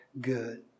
good